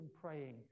praying